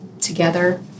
together